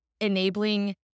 enabling